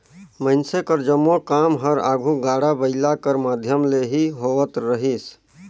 मइनसे कर जम्मो काम हर आघु गाड़ा बइला कर माध्यम ले ही होवत रहिस